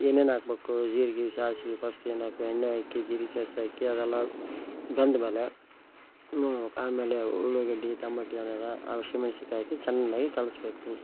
ಏನೇನು ಹಾಕ್ಬೇಕು ಜೀರ್ಗೆ ಸಾಸ್ವೆ ಫಸ್ಟ್ ಏನಾಕ್ಬೇಕು ಎಣ್ಣೆ ಹಾಕಿ ಜೀರ್ಗೆ ಸಾಸಿವೆ ಹಾಕಿ ಅದೆಲ್ಲ ಬೆಂದ ಮೇಲೆ ಆಮೇಲೆ ಉಳ್ಳಾಗಡ್ಡಿ ಟಮಾಟಿ ಅದೆಲ್ಲ ಹಸಿಮೆಣ್ಶಿನ್ಕಾಯ್ ಹಾಕಿ ಚೆನ್ನಾಗಿ ಕಲಿಸ್ಬೇಕು